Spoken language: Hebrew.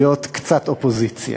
להיות קצת אופוזיציה,